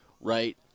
right